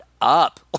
up